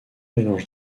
mélange